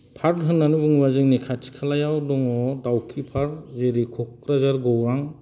park होन्नानै बुङोबा जोंनि खाथि खालायाव दङ दावखि पार्क जेरै क'क्राझार गौरां